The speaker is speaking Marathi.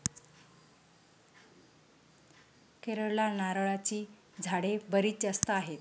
केरळला नारळाची झाडे बरीच जास्त आहेत